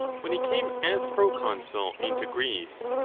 when he came as pro-consul into greece,